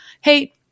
hey